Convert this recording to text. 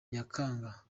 nyakanga